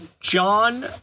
John